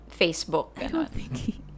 Facebook